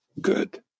good